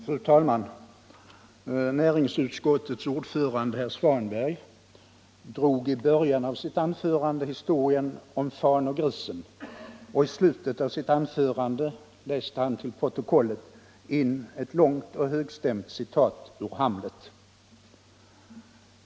Fru talman! Näringsutskottets ordförande herr Svanberg drog i början av sitt anförande historien om fan och grisen, och i slutet av sitt anförande läste han till protokollet in ett långt och högstämt citat ur Hamlet.